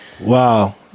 Wow